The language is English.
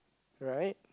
right